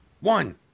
one